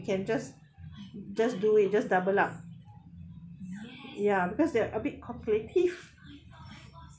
can just just do it just double up ya because they're a bit cooperative